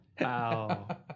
Wow